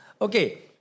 Okay